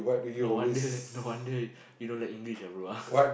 no wonder no wonder you don't like English ah bro ah